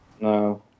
No